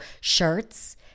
shirts